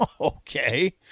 Okay